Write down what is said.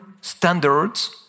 standards